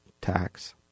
tax